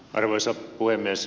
arvoisa puhemies